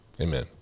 Amen